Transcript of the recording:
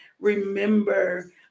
remember